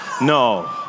No